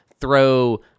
throw